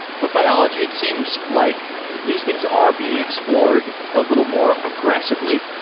but biology it seems like these things are being explored a little more aggressively.